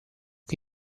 che